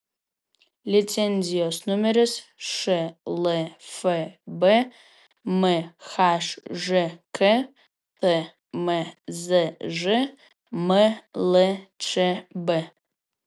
licenzijos numeris šlfb mhžk tmzž mlčb